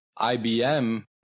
IBM